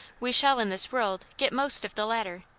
we shall, in this world, get most of the latter,